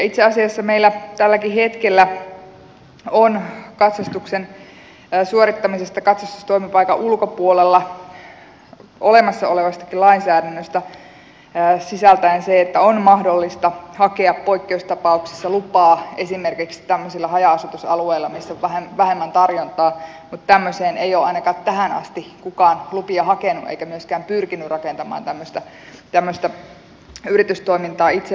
itse asiassa meillä tälläkin hetkellä on katsastuksen suorittamisesta katsastustoimipaikan ulkopuolella olemassa olevassakin lainsäädännössä se että on mahdollista hakea poikkeustapauksissa lupaa esimerkiksi tämmöisillä haja asutusalueilla missä on vähemmän tarjontaa mutta tämmöiseen ei ole ainakaan tähän asti kukaan lupia hakenut eikä myöskään pyrkinyt rakentamaan tämmöistä yritystoimintaa itselleen